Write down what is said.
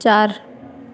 चारि